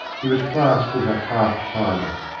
he was classed as a half timer,